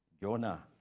Jonah